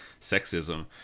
sexism